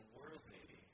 worthy